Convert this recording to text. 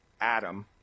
Adam